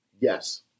yes